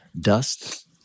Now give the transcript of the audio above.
Dust